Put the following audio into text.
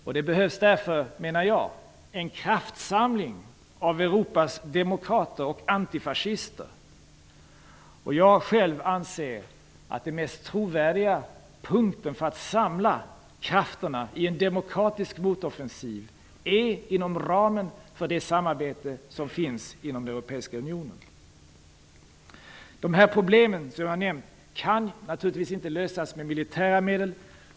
Jag menar att det därför behövs en kraftsamling av Europas demokrater och antifascister. Jag anser själv att den mest trovärdiga punkten för att samla krafterna i en demokratisk motoffensiv ligger inom ramen för det samarbete som bedrivs i den europeiska unionen. De problem som jag har nämnt kan naturligtvis inte lösas med militära medel.